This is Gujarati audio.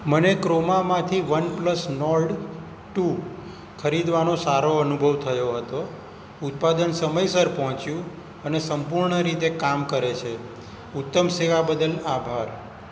મને ક્રોમામાંથી વનપ્લસ નોર્ડ ટુ ખરીદવાનો સારો અનુભવ થયો હતો ઉત્પાદન સમયસર પહોંચ્યું અને સંપૂર્ણ રીતે કામ કરે છે ઉત્તમ સેવા બદલ આભાર